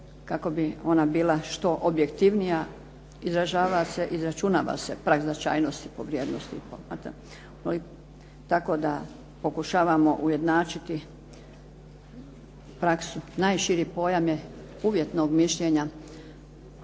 kako bi ona bila što objektivnija. Izražava se, izračunava se prag značajnosti po vrijednosti …/Govornica se ne razumije./… tako da pokušavamo ujednačiti praksu. Najširi pojam je uvjetnog mišljenja